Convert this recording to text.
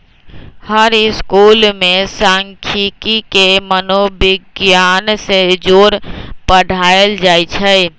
हर school में सांखियिकी के मनोविग्यान से जोड़ पढ़ायल जाई छई